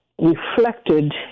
Reflected